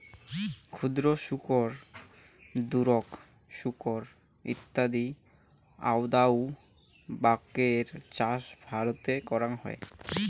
ক্ষুদ্র শুকর, দুরোক শুকর ইত্যাদি আউদাউ বাকের চাষ ভারতে করাং হই